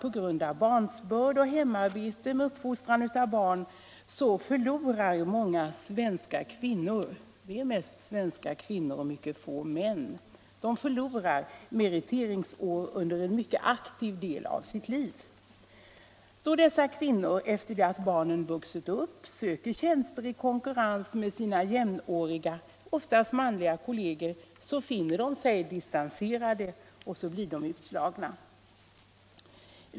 På grund av barnsbörd och hemarbete med uppfostran av barn förlorar många svenska kvinnor — det är mest kvinnor och mycket få män det är fråga om —- meriteringsår under en mycket aktiv del av sitt tiv. Då dessa kvinnor efter det att barnen vuxit upp söker tjänster i konkurrens med sina jämnåriga, oftast manliga kolleger, finner de sig distanserade och blir utslagna.